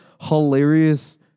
hilarious